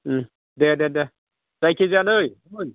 दे दे दे जायखिजाया नै गुमै